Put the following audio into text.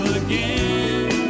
again